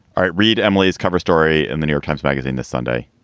all right. read emily's cover story in the new york times magazine this sunday.